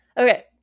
Okay